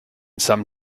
some